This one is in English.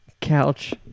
Couch